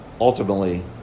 ultimately